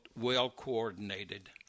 well-coordinated